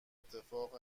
اتفاق